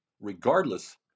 regardless